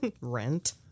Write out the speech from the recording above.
Rent